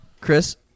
Chris